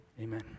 Amen